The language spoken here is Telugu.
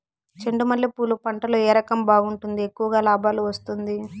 చెండు మల్లె పూలు పంట లో ఏ రకం బాగుంటుంది, ఎక్కువగా లాభాలు వస్తుంది?